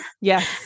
Yes